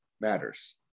matters